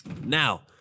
Now